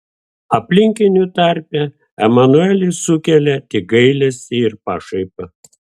aplinkinių tarpe emanuelis sukelia tik gailestį ir pašaipą